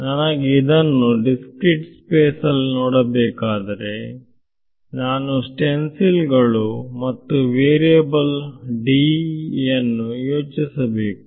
ನನಗೆ ಇದನ್ನು discrete space ನಲ್ಲಿ ನೋಡಬೇಕಾದರೆ ನಾನು ಸ್ಟೆನ್ಸಿಲ್ ಗಳು ಮತ್ತು ವೇರಿಯಬಲ್ D ಯನ್ನು ಯೋಚಿಸಬೇಕು